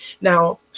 Now